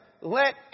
let